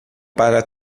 para